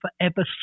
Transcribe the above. forever